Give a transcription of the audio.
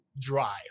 dry